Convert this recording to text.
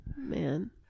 Man